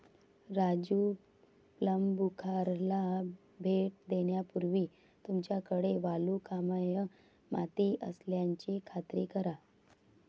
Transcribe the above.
राजू प्लंबूखाराला भेट देण्यापूर्वी तुमच्याकडे वालुकामय माती असल्याची खात्री करा